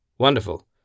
Wonderful